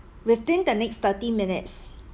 within the next thirty minutes